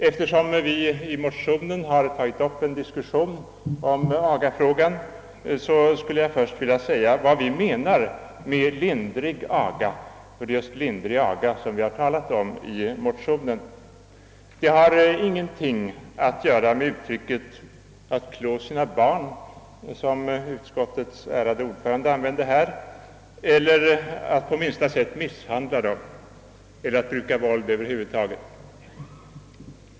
Eftersom vi i motionen tagit upp ett resonemang om agafrågan vill jag först ange vad vi menar med »lindrig aga» — ty det är just lindrig aga vi talat om i motionen. Det har ingenting att göra med uttrycket »att klå sina barn», ett uttryck som utskottets ärade ordförande använde i sitt inlägg nyss. Det har heller inte på minsta sätt någonting att göra med att misshandla barnen eller att bruka våld över huvud taget.